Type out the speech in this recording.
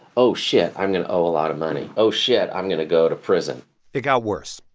oh, shit. i'm going owe a lot of money. oh, shit. i'm going to go to prison it got worse.